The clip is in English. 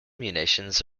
munitions